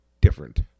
different